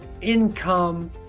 income